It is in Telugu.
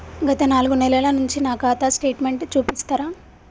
గత నాలుగు నెలల నుంచి నా ఖాతా స్టేట్మెంట్ చూపిస్తరా?